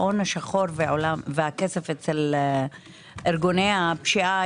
ההון השחור והכסף אצל ארגוני הפשיעה,